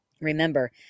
Remember